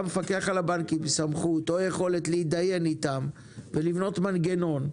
אולי למפקח על הבנקים יש סמכות או יכולת להתדיין איתם ולבנות מנגנון,